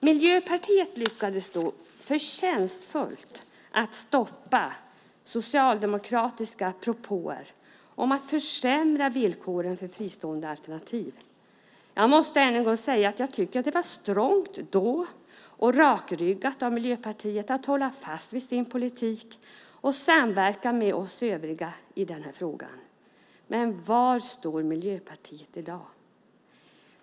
Miljöpartiet lyckades då förtjänstfullt stoppa socialdemokratiska propåer om att försämra villkoren för fristående alternativ. Jag måste än en gång säga att jag tycker att det var strongt och rakryggat av Miljöpartiet att hålla fast vid sin politik och samverka med oss övriga i den här frågan. Men var står Miljöpartiet i dag?